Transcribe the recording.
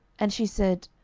and she said,